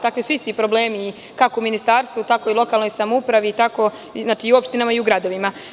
Takvi su isti problemi kako u ministarstvu, tako i u lokalnoj samoupravi, i u opštinama i u gradovima.